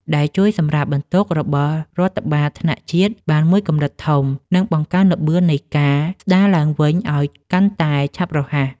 ដែលជួយសម្រាលបន្ទុករបស់រដ្ឋបាលថ្នាក់ជាតិបានមួយកម្រិតធំ និងបង្កើនល្បឿននៃការស្ដារឡើងវិញឱ្យកាន់តែឆាប់រហ័ស។